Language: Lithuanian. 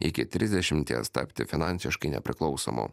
iki trisdešimties tapti finansiškai nepriklausomu